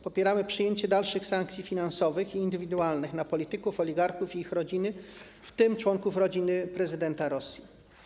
Popieramy nakładanie dalszych sankcji finansowych i indywidualnych na polityków, oligarchów i ich rodziny, w tym członków rodziny prezydenta Rosji.